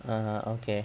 ah okay